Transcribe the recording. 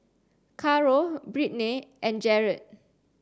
Caro Brittnay and Jarred